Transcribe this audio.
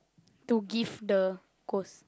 to give the ghost